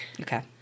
Okay